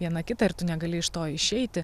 viena kitą ir tu negali iš to išeiti